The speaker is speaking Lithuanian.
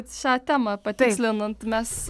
šią temą patikslinant mes